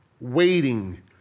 waiting